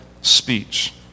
speech